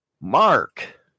Mark